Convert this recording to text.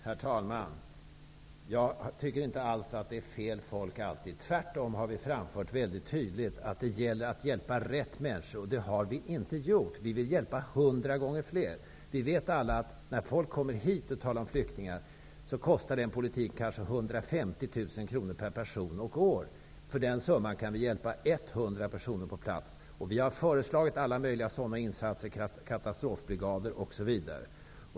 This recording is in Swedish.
Herr talman! Jag tycker inte alls att det alltid är fel människor som kommer hit. Tvärtom har vi mycket tydligt framfört att det gäller att hjälpa rätt människor. Det har vi inte gjort. Vi vill hjälpa hundra gånger fler. Vi vet alla att den politik som gör att människor kommer hit -- jag talar nu om flyktingar -- kanske kostar 150 000 kronor per person och år. För den summan kan vi hjälpa etthundra personer på plats. Vi har föreslagit alla möjliga sådana insatser, katastrofbrigader osv.